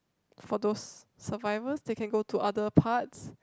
for those survivals they can go to other parts